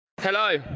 Hello